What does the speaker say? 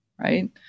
right